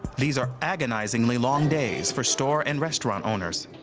these are agonizingly long days for store and restaurant owners.